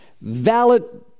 valid